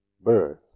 birth